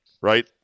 right